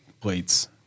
plates